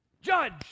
Judge